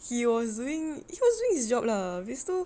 he was doing he was doing his job lah habis tu